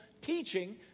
teaching